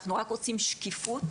אנחנו רק רוצים שקיפות,